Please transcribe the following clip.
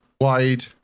wide